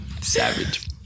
Savage